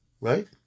right